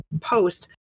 post